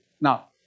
Now